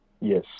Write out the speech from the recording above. Yes